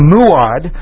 Muad